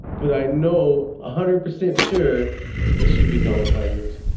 but i know a hundred percent sure that she'll be gone to five years.